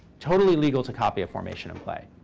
totally legal to copy a formation and play.